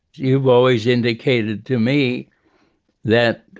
you've always indicated to me that